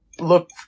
look